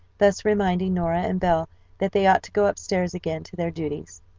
thus reminding nora and belle that they ought to go upstairs again to their duties.